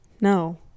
No